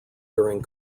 during